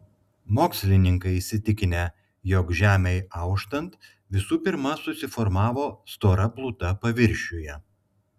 mokslininkai įsitikinę jog žemei auštant visų pirma susiformavo stora pluta paviršiuje